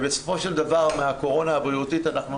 בסופו של דבר מהקורונה הבריאותית אנחנו נצא,